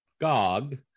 Gog